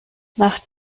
nach